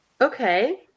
Okay